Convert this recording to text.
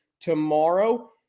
tomorrow